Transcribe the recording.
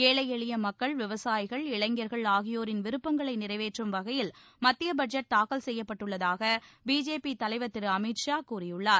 ஏழை எளிய மக்கள் விவசாயிகள் இளைஞர்கள் ஆகியோரின் விருப்பங்களை நிறைவேற்றும் வகையில் மத்திய பட்ஜெட் தாக்கல் செய்யப்பட்டுள்ளதாக பிஜேபி தலைவர் திரு அமித் ஷா கூறியுள்ளார்